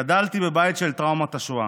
גדלתי בבית של טראומת השואה.